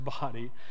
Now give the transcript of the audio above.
body